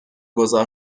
گذار